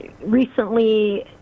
recently